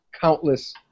countless